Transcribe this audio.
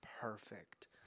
perfect